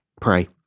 pray